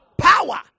power